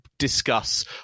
discuss